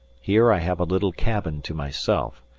here i have a little cabin to myself,